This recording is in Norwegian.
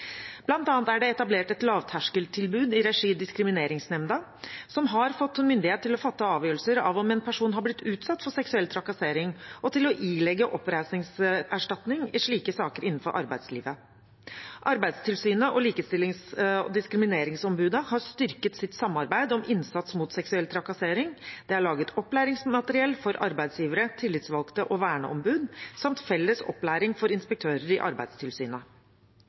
er det etablert et lavterskeltilbud i regi av Diskrimineringsnemnda, som har fått myndighet til å fatte avgjørelser om hvorvidt en person har blitt utsatt for seksuell trakassering, og til å ilegge oppreisningserstatning i slike saker innenfor arbeidslivet. Arbeidstilsynet og Likestillings- og diskrimineringsombudet har styrket sitt samarbeid om innsats mot seksuell trakassering, det er laget opplæringsmateriell for arbeidsgivere, tillitsvalgte og verneombud samt felles opplæring for inspektører i Arbeidstilsynet. Partene i serveringsnæringen har i samarbeid med Arbeidstilsynet